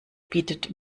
bietet